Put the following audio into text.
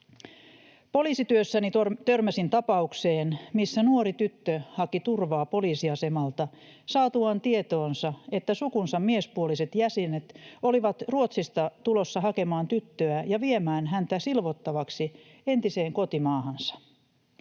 Poliisityössäni törmäsin tapaukseen, missä nuori tyttö haki turvaa poliisiasemalta saatuaan tietoonsa, että hänen sukunsa miespuoliset jäsenet olivat Ruotsista tulossa hakemaan tyttöä ja viemään häntä silvottavaksi entiseen kotimaahansa.